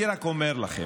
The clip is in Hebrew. אני רק אומר לכם,